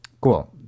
cool